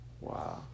wow